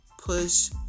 push